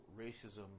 racism